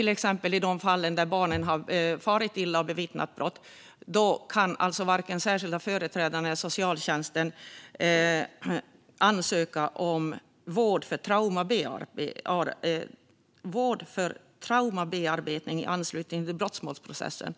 I fall där barn har farit illa och bevittnat brott kan varken den särskilda företrädaren eller socialtjänsten ansöka om vård för traumabearbetning i anslutning till brottmålsprocessen.